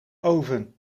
oven